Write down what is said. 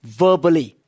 verbally